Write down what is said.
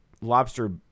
lobster